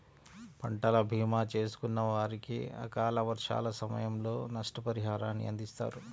పంటల భీమా చేసుకున్న వారికి అకాల వర్షాల సమయంలో నష్టపరిహారాన్ని అందిస్తారు